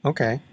Okay